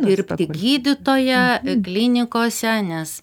dirbti gydytoja klinikose nes